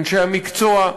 אנשי המקצוע,